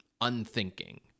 unthinking